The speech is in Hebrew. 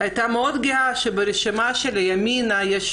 הייתה מאוד גאה בכך שברשימה של ימינה יש